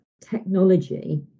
technology